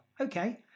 Okay